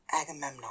Agamemnon